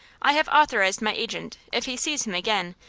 i have authorized my agent, if he sees him again,